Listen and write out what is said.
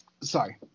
sorry